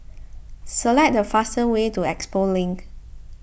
select the fastest way to Expo Link